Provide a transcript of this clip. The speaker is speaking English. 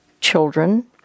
children